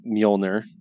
Mjolnir